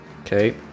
Okay